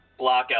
blockout